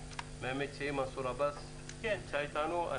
מהמציעים, מנסור עבאס נמצא איתנו.